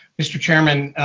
mr. chairman,